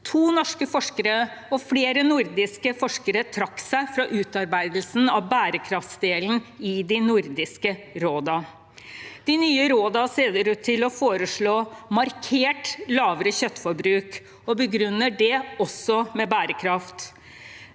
To norske og flere nordiske forskere trakk seg fra utarbeidelsen av bærekraftdelen i de nordiske rådene. De nye rådene ser ut til å foreslå markert lavere kjøttforbruk og begrunner også det med bærekraft.